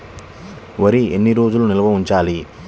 వరి ఎన్ని రోజులు నిల్వ ఉంచాలి?